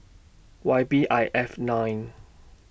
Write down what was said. Y B I five nine